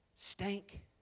Stink